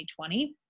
2020